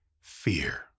fear